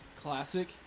classic